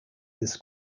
this